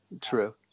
true